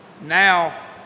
now